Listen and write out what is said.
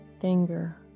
finger